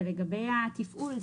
ולגבי התפעול,